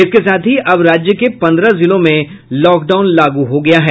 इसके साथ ही अब राज्य के पंद्रह जिलों में लॉकडाउन लागू हो गया है